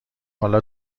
حالا